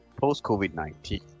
Post-Covid-19